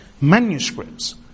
manuscripts